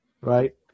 right